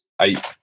Eight